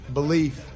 belief